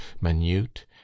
minute